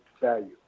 value